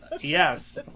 Yes